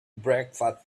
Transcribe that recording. breakfast